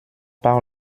par